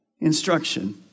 instruction